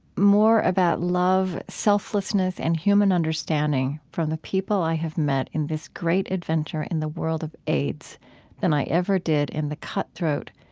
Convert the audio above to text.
more about love, selflessness, and human understanding from the people i have met in this great adventure in the world of aids than i ever did in the cutthroat,